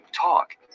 Talk